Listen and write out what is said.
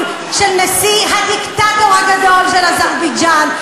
של הנשיא הדיקטטור הגדול של אזרבייג'ן.